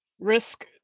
risk